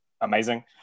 amazing